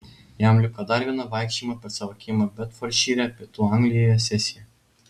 jam liko dar viena vaikščiojimo per savo kiemą bedfordšyre pietų anglijoje sesija